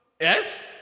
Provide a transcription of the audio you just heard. Yes